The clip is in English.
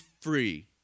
free